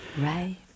Right